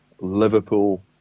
Liverpool